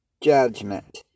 judgment